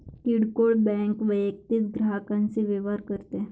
किरकोळ बँक वैयक्तिक ग्राहकांशी व्यवहार करते